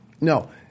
No